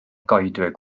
goedwig